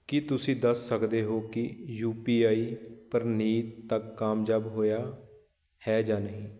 ਕੀ ਤੁਸੀਂਂ ਦੱਸ ਸਕਦੇ ਹੋ ਕਿ ਯੂ ਪੀ ਆਈ ਪਰਨੀਤ ਤੱਕ ਕਾਮਯਾਬ ਹੋਇਆ ਹੈ ਜਾਂ ਨਹੀਂ